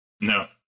No